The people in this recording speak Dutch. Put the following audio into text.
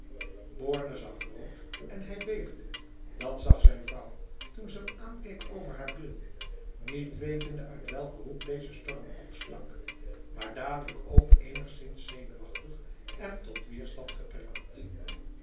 borne zag rood en hij beefde dat zag zijn vrouw toen ze hem aankeek over haar bril niet wetende uit welke hoek deze storm opstak maar dadelijk ook enigszins zenuwachtig en tot weerstand geprikkeld